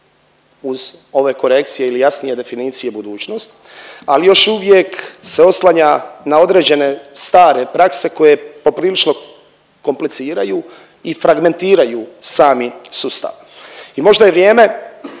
uz ove korekcije ili jasnije definicije budućnost, ali još uvijek se oslanja na određene stare prakse koje poprilično kompliciraju i fragmentiraju sami sustav. I možda je vrijeme